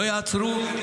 לא ייעצרו.